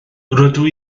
rydw